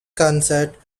concert